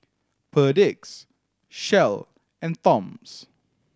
Perdix Shell and Toms